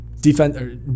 defense